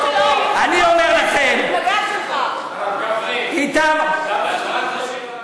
הרב גפני, היושבת-ראש,